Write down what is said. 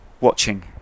watching